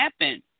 happen